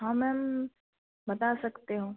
हाँ मैम बता सकती हूँ